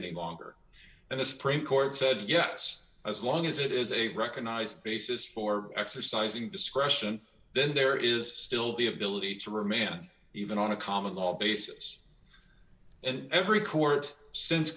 in longer and the supreme court said yes as long as it is a recognized basis for exercising discretion then there is still the ability to remand even on a common law basis and every court since